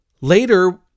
Later